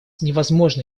невозможно